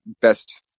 best